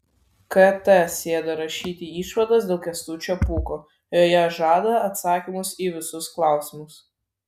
kt sėda rašyti išvados dėl kęstučio pūko joje žada atsakymus į visus klausimus